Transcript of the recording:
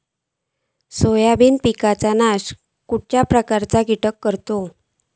Soybean पिकांचो नाश खयच्या प्रकारचे कीटक करतत?